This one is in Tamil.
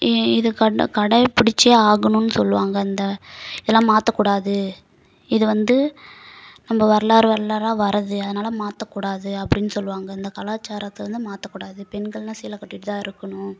இது க கடைபிடித்தே ஆகணும்னு சொல்லுவாங்க அந்த இதெல்லாம் மாற்றக்கூடாது இது வந்து நம்ப வரலாறு வரலாறாக வருது அதனால் மாற்ற கூடாது அப்படின்னு சொல்லுவாங்க இந்த கலாச்சாரத்தை வந்து மாற்றக்கூடாது பெண்கள்னால் சீலை கட்டிகிட்டுதான் இருக்கணும்